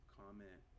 comment